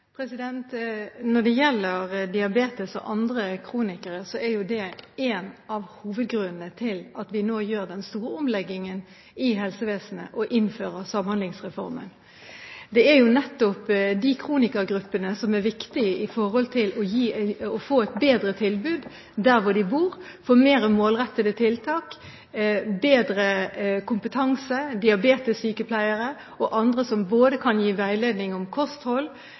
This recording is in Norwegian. Når det gjelder mennesker med diabetes og andre kronikere, er de en av hovedgrunnene til at vi nå gjør den store omleggingen i helsevesenet og innfører Samhandlingsreformen. Det er nettopp kronikergruppene det er viktig å få et bedre tilbud til der de bor, med tanke på mer målrettede tiltak, bedre kompetanse, diabetessykepleiere og andre som kan gi veiledning om både kosthold,